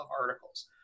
articles